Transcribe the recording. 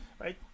right